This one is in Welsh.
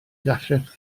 gallech